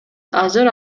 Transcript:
азыр